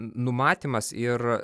numatymas ir